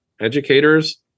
educators